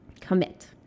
Commit